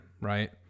Right